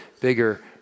bigger